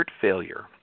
failure